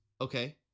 Okay